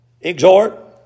Exhort